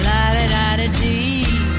La-da-da-da-dee